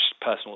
personal